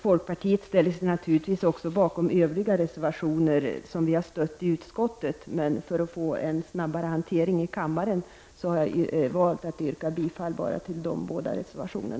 Folkpartiet ställer sig naturligtvis även bakom övriga reservationer som vi har stött i utskottet. Men för att få en snabbare hantering i kammaren har jag valt att yrka bifall till bara två reservationer.